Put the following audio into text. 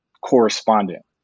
correspondent